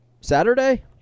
saturday